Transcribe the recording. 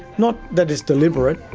not that it's deliberate,